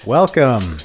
Welcome